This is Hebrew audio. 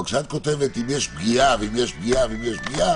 כשאת כותבת "אם יש פגיעה" ו"אם יש פגיעה" ו"אם יש פגיעה"